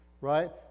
right